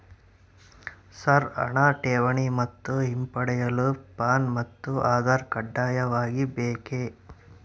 Sir ಹಣ ಠೇವಣಿ ಮತ್ತು ಹಿಂಪಡೆಯಲು ಪ್ಯಾನ್ ಮತ್ತು ಆಧಾರ್ ಕಡ್ಡಾಯವಾಗಿ ಬೇಕೆ?